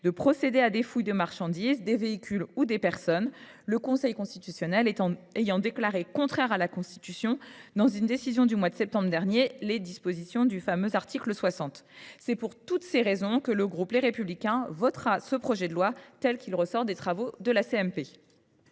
de procéder à des fouilles de marchandises, des véhicules ou des personnes, le Conseil constitutionnel ayant déclaré contraire à la Constitution, dans une décision du mois de septembre dernier, les dispositions de ce fameux article 60. C’est pour toutes ces raisons que le groupe Les Républicains votera ce projet de loi, tel qu’il ressort des travaux de la